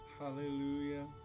Hallelujah